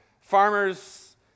farmers